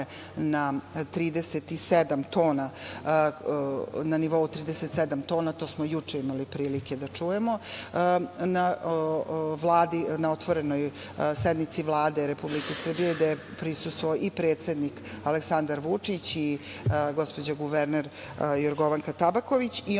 na nivo 37 tona. To smo juče imali prilike da čujemo na otvorenoj sednici Vlade Republike Srbije, gde je prisustvovao i predsednik Aleksandar Vučić i gospođa guvernerka Jorgovanka Tabaković. Ono